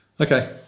Okay